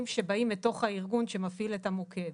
שבאים מתוך הארגון שמפעיל את המוקד.